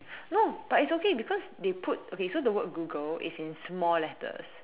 no but it's okay because they put okay so the word Google in small letters